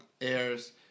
airs